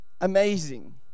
amazing